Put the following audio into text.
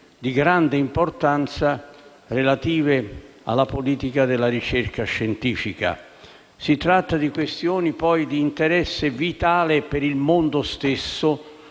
di grande importanza relative alla politica della ricerca scientifica. Si tratta di questioni di interesse vitale per il mondo stesso